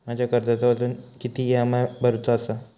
माझ्या कर्जाचो अजून किती ई.एम.आय भरूचो असा?